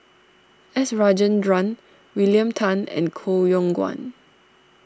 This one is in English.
S Rajendran William Tan and Koh Yong Guan